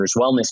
wellness